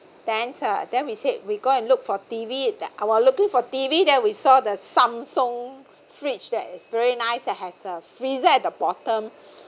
then uh then we said we go and look for T_V I was looking for T_V then we saw the samsung fridge that is very nice that has a freezer at the bottom